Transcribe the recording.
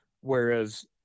whereas